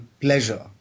pleasure